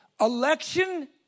Election